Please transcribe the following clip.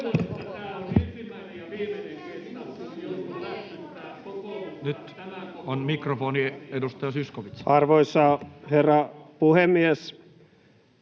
Arvoisa herra puhemies!